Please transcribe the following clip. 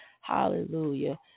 hallelujah